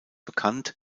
bekannt